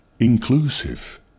inclusive